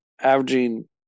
averaging